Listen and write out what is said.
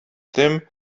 tym